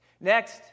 Next